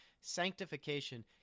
sanctification